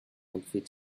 unfit